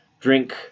drink